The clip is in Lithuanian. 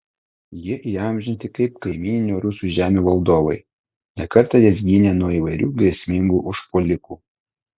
jie įamžinti kaip kaimyninių rusų žemių valdovai ne kartą jas gynę nuo įvairių grėsmingų užpuolikų